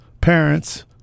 parents